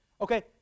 Okay